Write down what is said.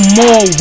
more